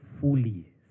fully